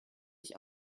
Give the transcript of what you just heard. ich